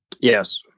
Yes